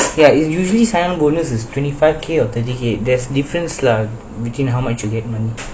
ya it's usually sign on bonus is twenty five K or twenty K there's different lah between how much you get money